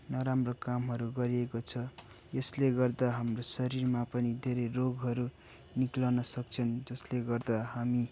धेरै नराम्रो कामहरू गरिएको छ यसले गर्दा हाम्रो शरीरमा पनि धेरै रोगहरू निक्लन सक्छन् जसले गर्दा हामी